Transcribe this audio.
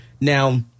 Now